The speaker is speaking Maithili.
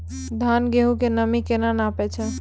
धान, गेहूँ के नमी केना नापै छै?